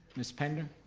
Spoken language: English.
miss pender?